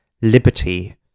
liberty